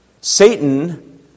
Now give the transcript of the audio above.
Satan